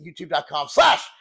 YouTube.com/slash